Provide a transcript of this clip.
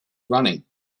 running